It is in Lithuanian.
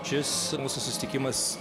šis susitikimas